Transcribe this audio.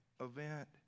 event